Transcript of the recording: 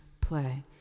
play